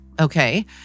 Okay